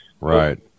Right